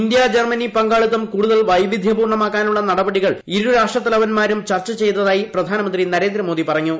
India Germany പങ്കാളിത്തം കൂടുതൽ വൈവിധ്യ പൂർണമാക്കാനുള്ള നടപടികൾ ഈ രാഷ്ട്രത്തലവന്മാരും ചർച്ച ചെയ്തതായി പ്രധാനമന്ത്രി നരേന്ദ്രമോദി പറഞ്ഞു